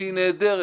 שהיא נהדרת,